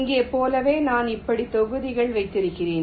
இங்கே போலவே நான் இப்படி தொகுதிகள் வைத்திருக்கிறேன்